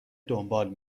دنبال